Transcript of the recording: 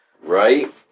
Right